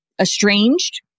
estranged